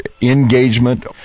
engagement